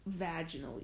vaginally